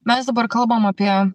mes dabar kalbam apie